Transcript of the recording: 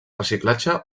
reciclatge